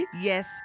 Yes